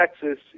Texas